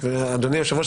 אדוני היושב ראש,